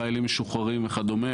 חיילים משוחררים וכדומה.